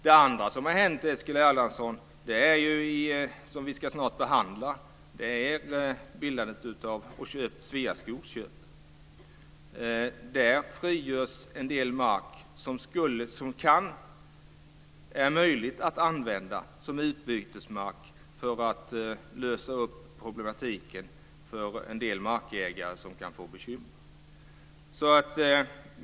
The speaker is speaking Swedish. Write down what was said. Det andra som har hänt, Eskil Erlandsson, ska vi snart behandla, nämligen Sveaskogs köp. Där frigörs en del mark som är möjlig att använda som utbytesmark för att lösa problemen för en del markägare som kan få bekymmer.